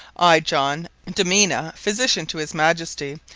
i john de mena, physitian to his majesty,